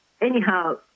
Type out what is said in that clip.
anyhow